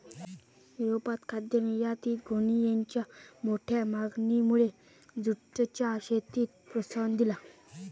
युरोपात खाद्य निर्यातीत गोणीयेंच्या मोठ्या मागणीमुळे जूटच्या शेतीक प्रोत्साहन दिला